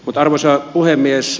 arvoisa puhemies